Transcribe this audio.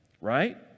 Right